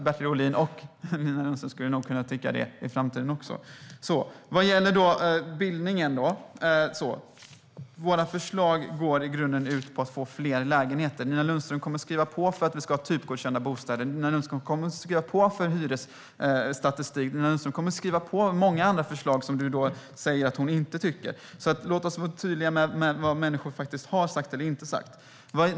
Bertil Ohlin skulle nog ha kunnat tycka det också, och Nina Lundström kan nog tycka det i framtiden. Vårt förslag går i grunden ut på att få fler lägenheter. Nina Lundström kommer att skriva på för att vi ska ha typgodkända bostäder, för hyresstatistik och många andra förslag som du säger att hon inte tycker är bra. Låt oss vara tydliga med vad människor faktiskt har sagt och inte har sagt.